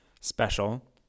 special